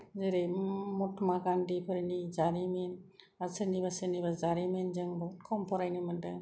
जेरै महात्मा गान्धीफोरनि जारिमिन बा सोरनिबा सोरनिबा जारिमिन जों बहुद खम फरायनो मोनदों